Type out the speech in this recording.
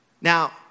Now